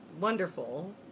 wonderful